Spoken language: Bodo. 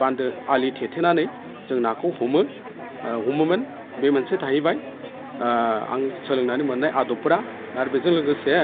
बान्दो आलि थेथेनानै जों नाखौ हमो हमोमोन बे मोनसे थाहैबाय आं सोलोंनानै मोननाय आदबफोरा आरो बेजों लोगोसे